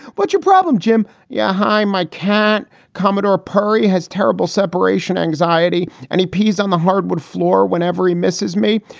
what's your problem, jim? yeah, hi, my cat commodore perry has terrible separation anxiety and he pees on the hardwood floor whenever he misses me.